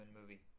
movie